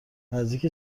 نزدیک